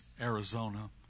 Arizona